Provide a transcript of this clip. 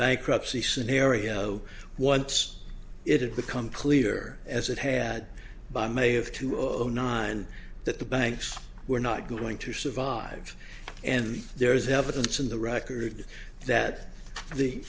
bankruptcy scenario once it did become clear as it had by may of two zero nine that the banks were not going to survive and there is evidence in the record that the